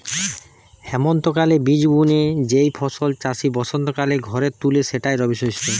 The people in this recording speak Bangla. হেমন্তকালে বীজ বুনে যেই ফসল চাষি বসন্তকালে ঘরে তুলে সেটাই রবিশস্য